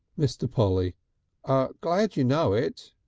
mr. polly ah glad you know it.